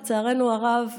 לצערנו הרב,